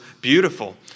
beautiful